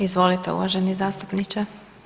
Izvolite uvaženi zastupniče.